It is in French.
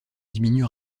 diminue